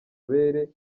abere